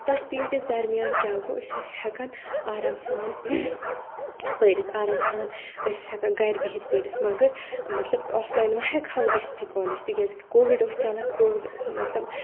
تَتھ پیٖرڈس دَرمیان کیاہ گوٚو أسۍ ٲسۍ ہیکان آرام سان پٔرِتھ آرام سان أسۍ ٲسۍ ہؠکان گرِ بِہِتھ پٔرِتھ مَگر مطلب آفلایِن مہ ہؠکھاو گٔژھِتھٕے کالیج تِکیازِ کووِڈ اوس چَلان کووِڈ مطلب